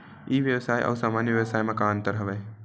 ई व्यवसाय आऊ सामान्य व्यवसाय म का का अंतर हवय?